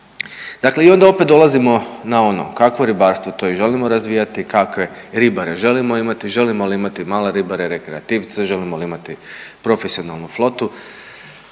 Dakle i onda opet dolazimo na ono, kakvo ribarstvo to i želimo razvijati, kakve ribare želimo imati, želimo li imati male ribare rekreativce, želimo li imati profesionalnu flotu,